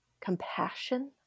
compassion